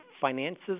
finances